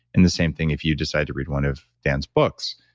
and the same thing if you decide to read one of dan's books.